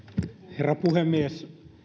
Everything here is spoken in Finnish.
herra puhemies